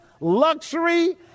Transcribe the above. luxury